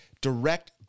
direct